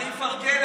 אני מפרגן,